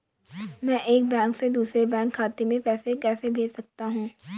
मैं एक बैंक से दूसरे बैंक खाते में पैसे कैसे भेज सकता हूँ?